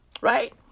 right